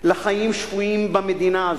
לחיים שפויים במדינה הזאת,